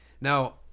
Now